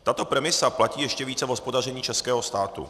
Tato premisa platí ještě více v hospodaření českého státu.